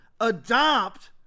adopt